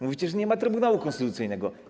Mówicie, że nie ma Trybunału Konstytucyjnego.